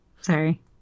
Sorry